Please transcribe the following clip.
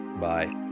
bye